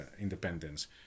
independence